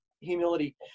humility